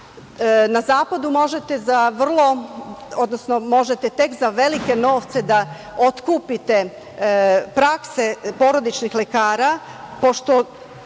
Na zapadu možete tek za velike novce da otkupite prakse porodičnih lekara,